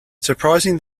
surprising